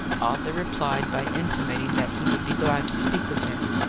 arthur replied by intimating that he would be glad to speak with him.